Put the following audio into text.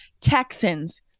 Texans